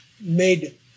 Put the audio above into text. made